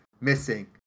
missing